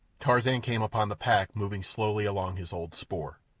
tarzan came upon the pack moving slowly along his old spoor.